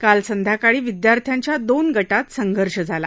काल संध्याकाळी विद्यार्थ्यांच्या दोन गटात संघर्ष झाला